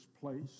place